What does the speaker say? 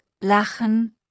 Lachen